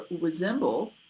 resemble